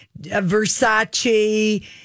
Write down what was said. Versace